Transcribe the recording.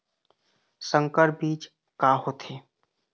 संकर बीज का होथे?